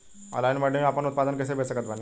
Online मंडी मे आपन उत्पादन कैसे बेच सकत बानी?